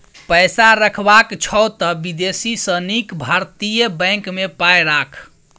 पैसा रखबाक छौ त विदेशी सँ नीक भारतीय बैंक मे पाय राख